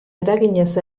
eraginez